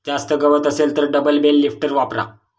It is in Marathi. जास्त गवत असेल तर डबल बेल लिफ्टर वापरा